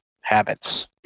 habits